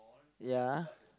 ya